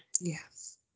yes